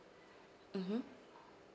mmhmm